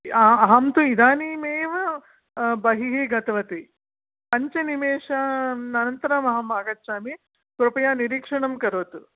अहं तु इदानीम् एव बहिः गतवती पञ्चनिमेष अनन्तरम् अहम् आगच्छामि कृपया निरीक्षणं करोतु